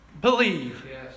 believe